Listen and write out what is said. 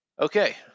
Okay